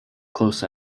close